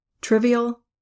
Trivial